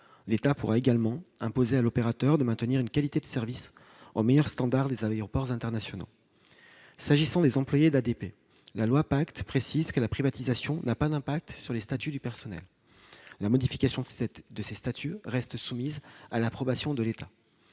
L'État pourra également imposer à l'opérateur de maintenir une qualité de service aux meilleurs standards des aéroports internationaux. S'agissant des employés d'ADP, le projet de loi PACTE précise que la privatisation n'a pas d'impact sur les statuts du personnel. La modification de ces statuts reste soumise à l'approbation de l'État.